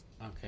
Okay